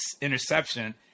interception